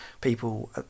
people